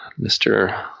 Mr